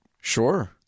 Sure